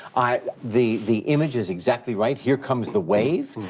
the the image is exactly right, here comes the wave.